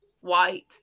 white